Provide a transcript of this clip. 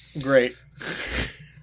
Great